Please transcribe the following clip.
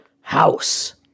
house